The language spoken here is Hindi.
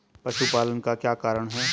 पशुपालन का क्या कारण है?